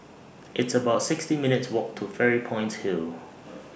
It's about sixty minutes' Walk to Fairy Point Hill